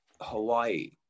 Hawaii